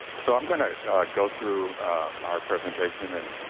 so am going to go through our presentation, and